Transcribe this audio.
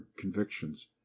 convictions